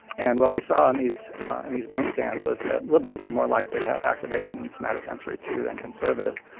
and what we saw in these and these brain scans was that liberals were more likely to have activation in the somatosensory two than conservatives.